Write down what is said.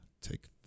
take